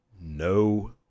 No